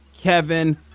Kevin